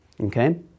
Okay